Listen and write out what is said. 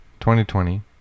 2020